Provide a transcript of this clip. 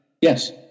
Yes